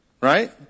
Right